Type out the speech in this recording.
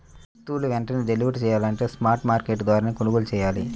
వస్తువులు వెంటనే డెలివరీ చెయ్యాలంటే స్పాట్ మార్కెట్ల ద్వారా కొనుగోలు చెయ్యాలి